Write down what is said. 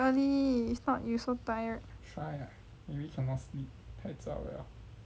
if not you so tired